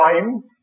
time